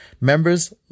members